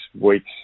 weeks